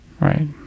Right